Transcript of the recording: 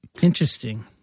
Interesting